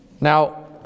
Now